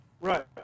right